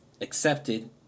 accepted